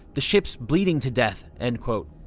the ship's bleeding to death. and